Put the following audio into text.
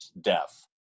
death